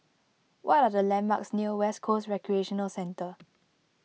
what are the landmarks near West Coast Recreational Centre